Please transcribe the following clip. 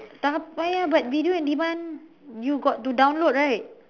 tak payah but video on demand you got to download right